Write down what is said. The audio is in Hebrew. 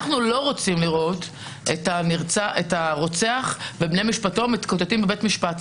אנחנו לא רוצים לראות את הרוצח ובני משפחתו מתקוטטים בבית משפט.